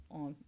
on